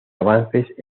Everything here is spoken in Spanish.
avances